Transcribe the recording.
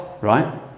right